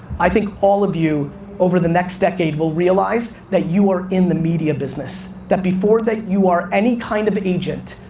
i think all of you over the next decade will realize that you are in the media business, that before that you are any kind of agent,